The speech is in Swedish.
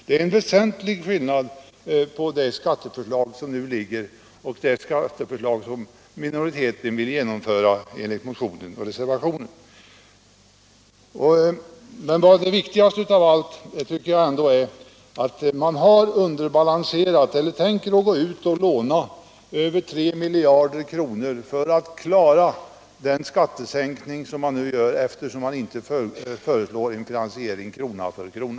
Det är en väsentlig skillnad mellan det skatteförslag som den nya regeringen framlagt och det som minoriteten i enlighet med motionen och reservationen vill genomföra. Men det viktigaste av allt tycker jag ändå är att man avser att gå ut och låna över 3 miljarder för att klara den föreslagna skattesänkningen, eftersom man inte föreslår en transferering krona för krona.